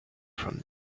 from